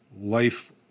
life